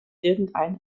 irgendein